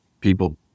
people